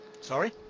sorry